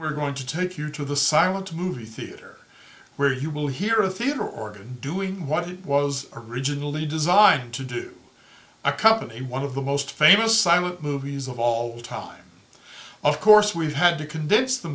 we're going to take you to the silent movie theater where you will hear theater or doing what it was originally designed to do accompany one of the most famous silent movies of all time of course we've had to condense the